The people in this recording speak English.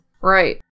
Right